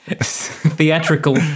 theatrical